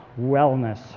wellness